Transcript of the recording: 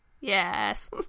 Yes